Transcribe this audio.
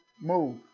Move